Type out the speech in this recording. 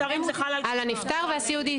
על הנפטר והסיעודי.